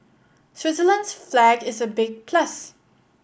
Switzerland's flag is a big plus